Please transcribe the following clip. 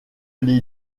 l’ai